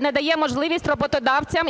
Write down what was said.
надає можливість роботодавцям і